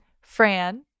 Fran